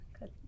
good